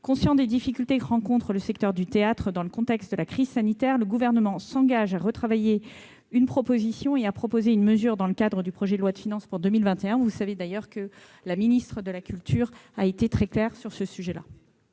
Conscient des difficultés que rencontre le secteur du théâtre dans le contexte de la crise sanitaire, le Gouvernement s'engage à retravailler une proposition et à proposer une mesure dans le cadre du projet de loi de finances pour 2021. Vous savez d'ailleurs que la ministre de la culture a été très claire sur ce sujet.